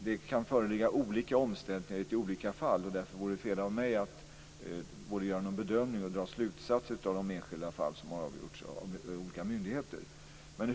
Det kan föreligga olika omständigheter i olika fall, och därför vore det fel av mig att göra en bedömning och dra slutsatser av de enskilda fall som har avgjorts av olika myndigheter.